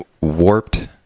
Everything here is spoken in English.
warped